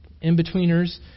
in-betweeners